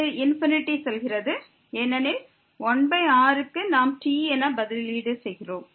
இது ∞க்கு செல்கிறது ஏனெனில் 1r க்கு நாம் t என பதிலீடு செய்கிறோம்